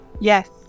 Yes